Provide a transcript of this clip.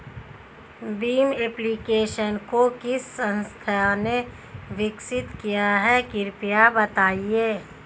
Bhim application को किस संस्था ने विकसित किया है कृपया बताइए?